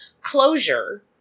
Closure